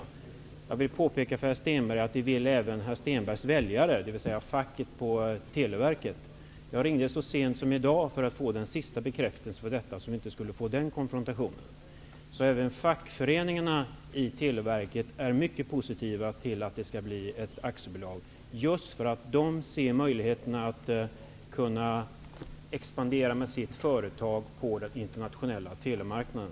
Jag vill påpeka för herr Stenberg, att det vill även herr Stenbergs väljare, dvs. facket på Televerket. Jag ringde så sent som i dag för att få den sista bekräftelsen på detta, så att vi inte skulle få den konfrontationen. Även fackföreningarna i Televerket är mycket positiva till att det skall bli ett aktiebolag. De ser möjligheterna att kunna expandera med sitt företag på den internationella telemarknaden.